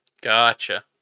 Gotcha